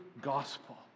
gospel